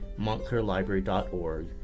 montclairlibrary.org